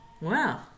Wow